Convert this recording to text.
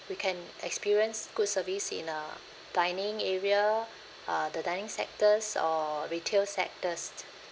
we can experience good service in a dining area uh the dining sectors or retail sectors